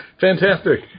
Fantastic